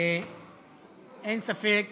אין ספק